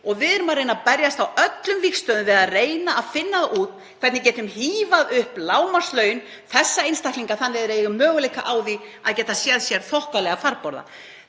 og við erum að reyna að berjast á öllum vígstöðvum við að reyna að finna út hvernig við getum híft upp lágmarkslaun þessara einstaklinga þannig að þeir eigi möguleika á því að geta séð sér þokkalega farborða.